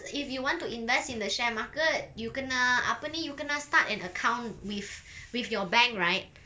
if you want to invest in the share market you kena apa ni you kena start an account with with your bank right